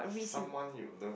someone you love